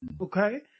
Okay